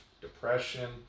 depression